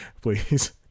Please